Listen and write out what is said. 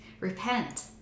repent